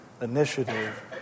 initiative